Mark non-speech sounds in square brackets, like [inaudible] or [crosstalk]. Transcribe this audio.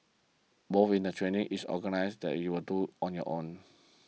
[unintelligible] in the training is organised you are do on your own